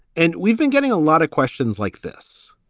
and we've been getting a lot of questions like this